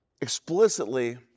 explicitly